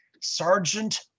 Sergeant